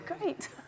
great